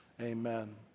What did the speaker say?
Amen